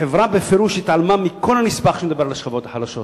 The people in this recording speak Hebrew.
החברה בפירוש התעלמה מכל הנספח שמדבר על השכבות החלשות.